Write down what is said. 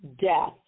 death